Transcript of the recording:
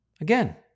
Again